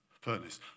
furnace